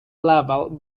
level